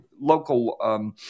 local